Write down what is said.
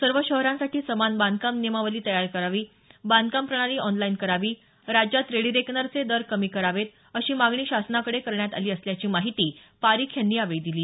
सर्व शहरांसाठी समान बांधकाम नियमावली तयार करावी बांधकाम प्रणाली ऑनलाईन करावी राज्यात रेडीनेकनर चे दर कमी करावे अशी मागणी शासनाकडे करण्यात आली असल्याची माहिती पारीख यांनी यावेळी दिली